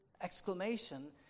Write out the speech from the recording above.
exclamation